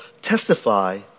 testify